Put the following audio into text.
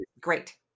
Great